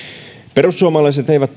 perussuomalaiset eivät